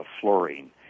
fluorine